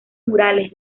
murales